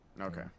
okay